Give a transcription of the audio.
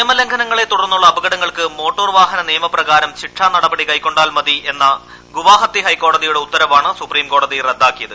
നിയമ ലംഘനങ്ങളെ തുടർന്നുള്ള അപകടങ്ങൾക്ക് മോട്ടോർ വാഹന നിയമ പ്രകാരം ശിക്ഷാ നടപടി കൈക്കൊണ്ടാൽ മതി എന്ന ഗുവാഹത്തി ഹൈക്കോടതിയുടെ ഉത്തരവാണ് സുപ്രീംകോടതി റദ്ദാക്കിയത്